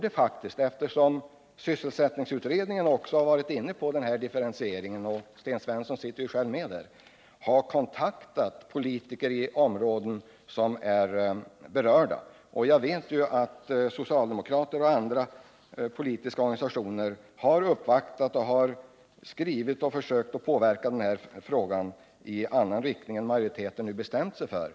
Eftersom också sysselsättningsutredningen har varit inne på frågan om en differentiering — Sten Svensson sitter ju med där — borde ni faktiskt ha kontaktat politiker från berörda områden. Jag vet att socialdemokrater och representanter från andra politiska organisationer genom uppvaktningar och skrivelser har försökt påverka utskottsmajoriteten att ändra sin uppfattning och låta förslaget få en annan inriktning än den man nu bestämt sig för.